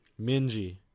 Minji